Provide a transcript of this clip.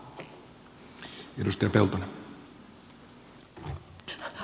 arvoisa puhemies